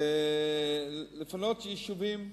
לפנות יישובים,